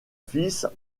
fils